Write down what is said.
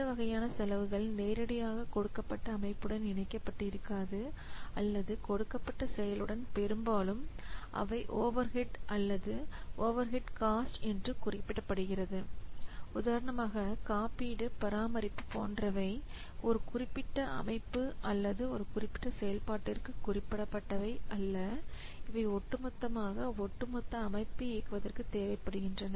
இந்த வகையான செலவுகள் நேரடியாக கொடுக்கப்பட்ட அமைப்புடன் இணைக்கப்பட்டு இருக்காது அல்லது கொடுக்கப்பட்ட செயலுடன் பெரும்பாலும் அவை ஓவர்ஹெட் அல்லது ஓவர்ஹெட் காஸ்ட் என்று குறிப்பிடப்படுகிறது உதாரணமாக காப்பீடு பராமரிப்பு போன்றவை ஒரு குறிப்பிட்ட அமைப்பு அல்லது ஒரு குறிப்பிட்ட செயல்பாட்டிற்கு குறிப்பிட்டவை அல்ல இவை ஒட்டுமொத்தமாக ஒட்டுமொத்த அமைப்பை இயக்குவதற்கு தேவைப்படுகின்றன